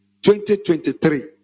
2023